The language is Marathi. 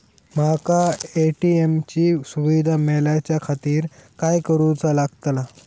माका ए.टी.एम ची सुविधा मेलाच्याखातिर काय करूचा लागतला?